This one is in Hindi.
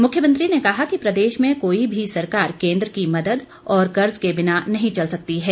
मुख्यमंत्री ने कहा कि प्रदेश में कोई भी सरकार केंद्र की मदद और कर्ज के बिना नहीं चल सकती है